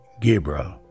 Gabriel